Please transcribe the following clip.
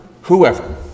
whoever